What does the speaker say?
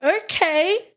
Okay